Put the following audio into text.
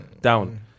down